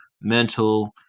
mental